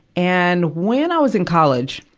and, when i was in college,